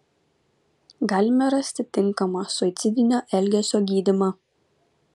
galime rasti tinkamą suicidinio elgesio gydymą